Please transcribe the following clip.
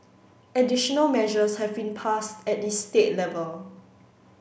additional measures have been passed at the state level